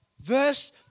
Verse